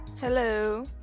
Hello